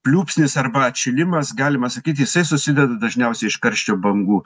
pliūpsnis arba atšilimas galima sakyt jisai susideda dažniausiai iš karščio bangų